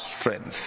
strength